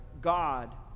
God